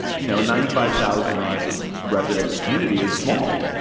you know, ninety five thousand resident community is small.